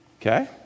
Okay